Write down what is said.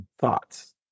Thoughts